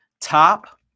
top